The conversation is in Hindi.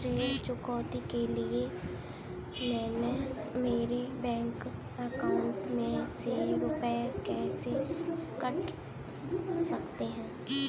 ऋण चुकौती के लिए मेरे बैंक अकाउंट में से रुपए कैसे कट सकते हैं?